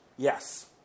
Yes